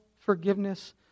forgiveness